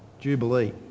Jubilee